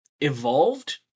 evolved